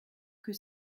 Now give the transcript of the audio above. que